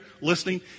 listening